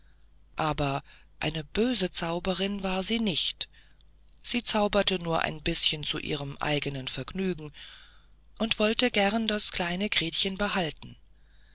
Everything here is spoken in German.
aber eine böse zauberin war sie nicht sie zauberte nur ein bißchen zu ihrem eigenen vergnügen und wollte gern das kleine gretchen behalten